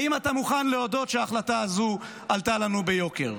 האם אתה מוכן להודות שההחלטה הזו עלתה לנו ביוקר?